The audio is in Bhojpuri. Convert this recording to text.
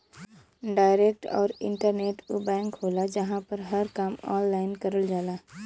डायरेक्ट आउर इंटरनेट उ बैंक होला जहां पर हर काम ऑनलाइन करल जाला